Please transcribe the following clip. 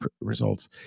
results